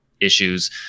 issues